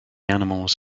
animals